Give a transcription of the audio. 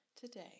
today